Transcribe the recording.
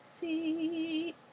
see